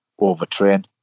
overtrain